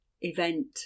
event